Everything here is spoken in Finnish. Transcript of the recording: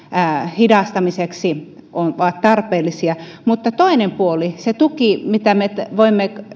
hidastamiseksi ovat tarpeellisia mutta toinen puoli se tuki mitä me voimme